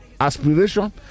aspiration